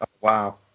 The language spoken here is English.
wow